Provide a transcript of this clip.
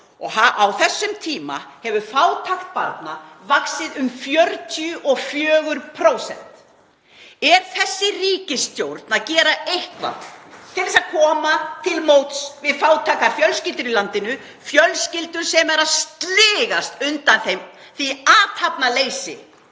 og á þessum tíma hefur fátækt barna vaxið um 44%. Er þessi ríkisstjórn að gera eitthvað til að koma til móts við fátækar fjölskyldur í landinu, fjölskyldur sem eru að sligast undan því athafnaleysi